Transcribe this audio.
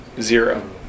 zero